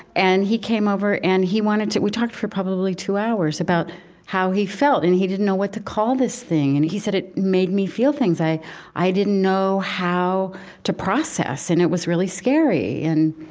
and he came over and he wanted to we talked for probably two hours about how he felt. and he didn't know what to call this thing. and he said, it made me feel things i i didn't know how to process. and it was really scary. and,